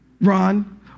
Ron